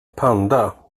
panda